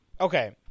okay